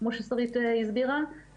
כמו ששרית הסבירה,